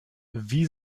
wie